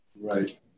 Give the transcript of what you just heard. Right